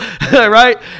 right